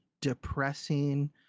depressing